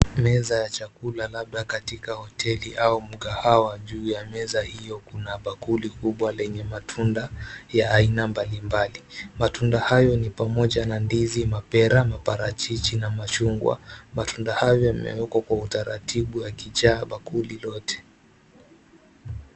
Meza ya chakula labda katika hoteli au mkahawa. Juu ya meza hiyo kuna bakuli kubwa lenye matunda ya aina mbalimbali. Matunda hayo ni pamoja na ndizi, mapera, maparachichi na machungwa. Matunda hayo yamewekwa kwa utaratibu yakijaa bakuli lote.